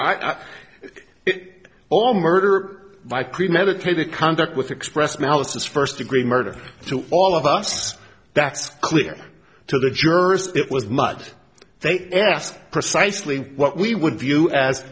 it all murder by premeditated conduct with expressed malice is first degree murder to all of us that's clear to the jury split was much they just precisely what we would view as